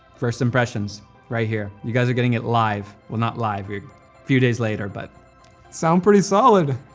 first impressions right here. you guys are getting it live. well not live, you're a few days later. but sound pretty solid.